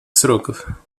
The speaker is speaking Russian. сроков